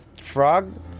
frog